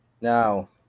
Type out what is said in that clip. Now